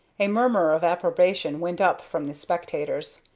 a murmur of approbation went up from the spectators.